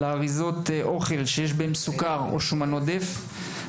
אריזות האוכל שיש בהן סוכר או שומן עודף.